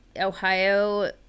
Ohio